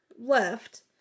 left